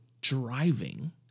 driving